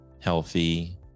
healthy